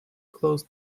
closed